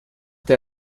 der